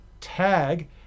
tag